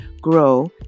grow